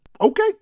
Okay